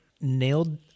nailed